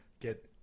get